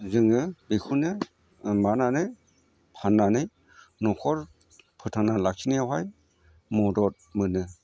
जोङो बेखौनो माबानानै फाननानै न'खर फोथांना लाखिनायावहाय मदद मोनो